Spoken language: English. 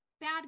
bad